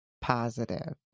Positive